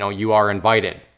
know, you are invited.